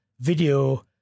video